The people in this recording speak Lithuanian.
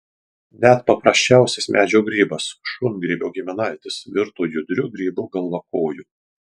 net paprasčiausias medžio grybas šungrybio giminaitis virto judriu grybu galvakoju